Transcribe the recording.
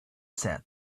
said